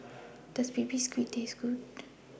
Does Baby Squid Taste Good